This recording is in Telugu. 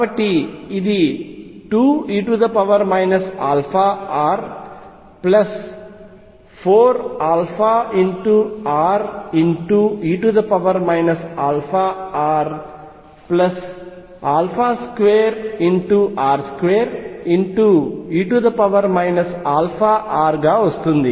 కాబట్టి ఇది 2e αr4αre αr2r2e αr గా వస్తుంది